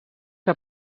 que